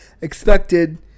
expected